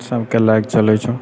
सभकेँ लअ कऽ चलै छौ